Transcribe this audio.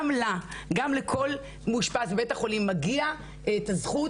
גם לה וגם לכל מאושפז בבית החולים מגיעה הזכות